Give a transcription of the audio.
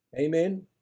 Amen